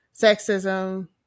sexism